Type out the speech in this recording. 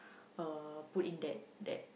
uh put in that that